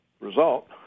result